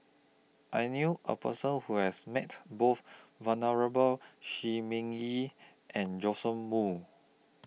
I knew A Person Who has Met Both Venerable Shi Ming Yi and Joash Moo